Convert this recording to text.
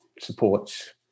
supports